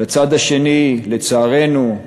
לצערנו,